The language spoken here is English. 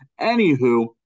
Anywho